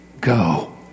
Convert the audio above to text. go